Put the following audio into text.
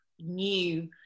new